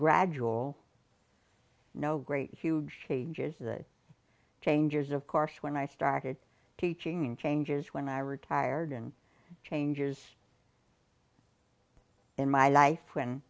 gradual no great huge changes the changes of course when i started teaching and changes when i retired and changes in my life when